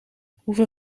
hoeveel